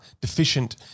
deficient